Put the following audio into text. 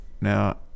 Now